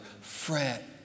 Fret